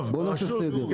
בואו נעשה סדר.